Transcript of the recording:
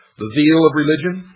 the zeal of religion,